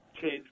change